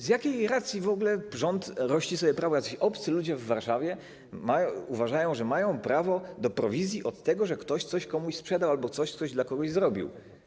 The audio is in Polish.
Z jakiej racji w ogóle rząd rości sobie prawo, jacyś obcy ludzie w Warszawie uważają, że mają prawo do prowizji od tego, że ktoś coś komuś sprzedał albo ktoś coś dla kogoś zrobił?